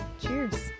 Cheers